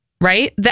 right